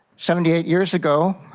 seventy eight years ago,